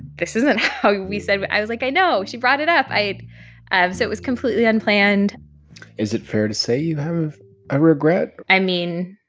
this isn't how we said i was like, i know. she brought it up. i ah so it was completely unplanned is it fair to say you have a regret? i mean,